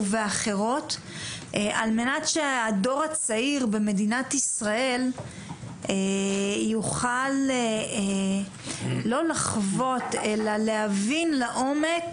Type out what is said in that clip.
ואחרות על מנת שהדור הצעיר במדינת ישראל יוכל לא לחוות אלא להבין לעומק